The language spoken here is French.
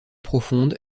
profonde